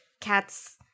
Cats